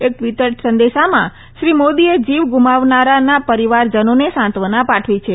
એક ટ્વીટર સંદેશામાં શ્રી મોદીએ જીવ ગુમાવનારાના પરિવારજનોને સાંત્વના પાઠવી છે